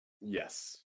yes